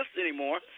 anymore